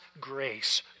grace